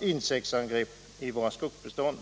insektsangrepp i våra skogsbestånd.